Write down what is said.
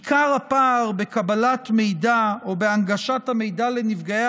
עיקר הפער בקבלת מידע או בהנגשת המידע לנפגעי